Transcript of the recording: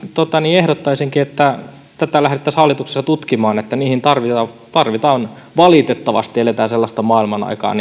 ehdottaisinkin että tätä lähdettäisiin hallituksessa tutkimaan että niihin tarvitaan tarvitaan valitettavasti eletään sellaista maailmanaikaa